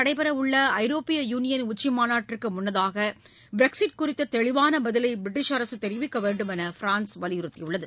நடைபெறவுள்ளஐரோப்பிய union உச்சிமாநாட்டிற்குமுன்னதாகப்ரக்ஸிட் அடுத்தவாரம் குறித்ததெளிவானபதிவைபிரட்டிஷ் அரசுதெரிவிக்கவேண்டுமென்று ஃபிரான்ஸ் வலியுறுத்தியுள்ளது